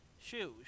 shoes